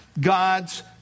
God's